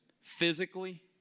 physically